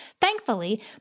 Thankfully